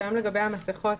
לגבי המסכות,